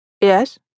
Yes